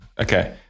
Okay